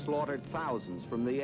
slaughtered thousands from the